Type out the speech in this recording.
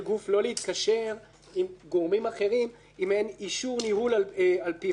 להתקשר עם גורמים אחרים אם אין אישור ניהול על-פי חוק,